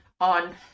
on